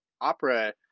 opera